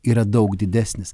yra daug didesnis